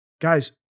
guys